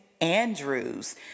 Andrews